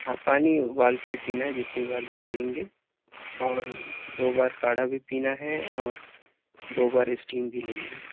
ہاں پانی ابال کے ہی پینا ہے جتنی بار بھی پیئیں گے اور دو بار کاڑھا بھی پینا ہے اور دو بار اسٹیم بھی لینا ہے